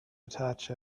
attach